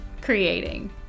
creating